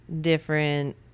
different